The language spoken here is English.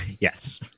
yes